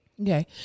Okay